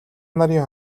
нарын